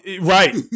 right